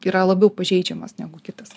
yra labiau pažeidžiamas negu kitas